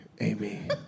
Amy